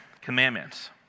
Commandments